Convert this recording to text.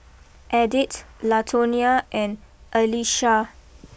Edith Latonia and Alesha